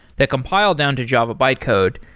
they're compiled down to java bytecode,